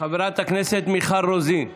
חברת הכנסת מיכל רוזין.